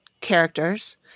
characters